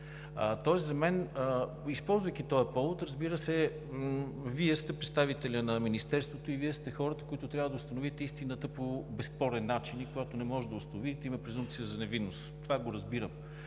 не искаме. Използвам този повод – разбира се, Вие сте представителят на Министерството и Вие сте хората, които трябва да установите истината по безспорен начин, а когато не може да я установите, има презумпция за невинност и това го разбирам,